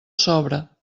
sobra